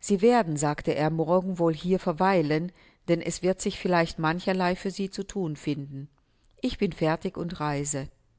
sie werden sagte er morgen wohl hier verweilen denn es wird sich vielleicht mancherlei für sie zu thun finden ich bin fertig und reise